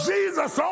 Jesus